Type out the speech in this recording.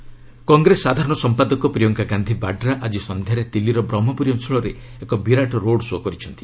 Priyanka road show' Congress ସାଧାରଣ ସମ୍ପାଦକ ପ୍ରିୟଙ୍କା ଗାନ୍ଧି ବାଡ୍ରା ଆଜି ସନ୍ଧ୍ୟାରେ ଦିଲ୍ଲୀର ବ୍ରହ୍ମପୁରୀ ଅଞ୍ଚଳରେ ଏକ ବିରାଟ ରୋଡ୍ ଶୋ' କରିଛନ୍ତି